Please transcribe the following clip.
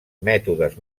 mètodes